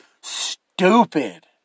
stupid